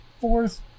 fourth